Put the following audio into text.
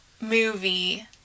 movie